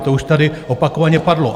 To už tady opakovaně padlo.